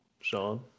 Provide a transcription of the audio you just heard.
Sean